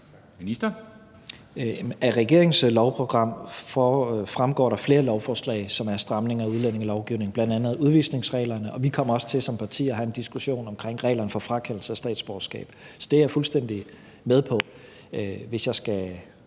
Tesfaye): Af regeringens lovprogram fremgår der flere lovforslag, som er stramninger af udlændingelovgivningen, bl.a. udvisningsreglerne, og vi kommer også til som parti at have en diskussion omkring reglerne for frakendelse af statsborgerskab. Så det er jeg fuldstændig med på. Hvis jeg skal